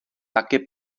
také